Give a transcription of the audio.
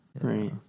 right